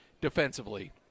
defensively